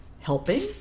helping